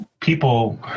People